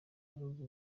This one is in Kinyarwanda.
bihugu